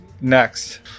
next